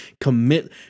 commit